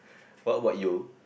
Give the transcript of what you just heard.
what about you